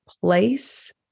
place